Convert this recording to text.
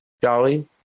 Jolly